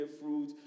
fruit